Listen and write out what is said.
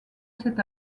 cet